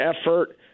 effort